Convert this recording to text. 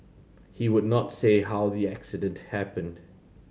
he would not say how the accident happened